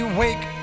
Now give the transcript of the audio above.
wake